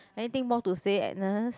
anything more to say Agnes